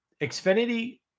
Xfinity